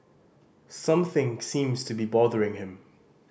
something seems to be bothering him